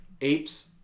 apes